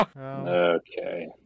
Okay